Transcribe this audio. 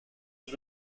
his